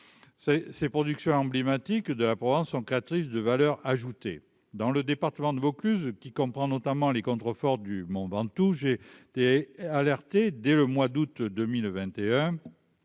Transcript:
ces productions emblématiques de la province sont créatrices de valeur ajoutée dans le département de Vaucluse, qui comprend notamment les contreforts du mont Ventoux, j'ai été alerté dès le mois d'août 2021